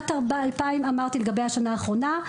אמרתי לגבי השנה האחרונה.